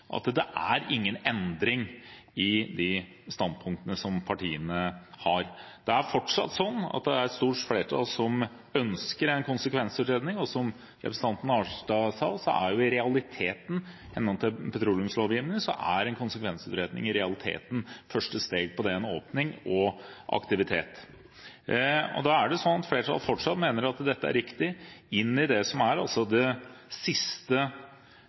saken er det ingen endring i de standpunktene som partiene har. Det er fortsatt et stort flertall som ønsker en konsekvensutredning, og – som representanten Arnstad sa – i henhold til petroleumslovgivningen er en konsekvensutredning i realiteten første steg til åpning og aktivitet. Et flertall mener fortsatt at dette er riktig i det siste området for en robust torskestamme internasjonalt – det er den siste robuste torskestammen som vi har igjen. Det er